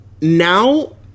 now